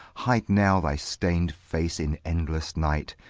hide now thy stained face in endless night,